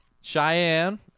Cheyenne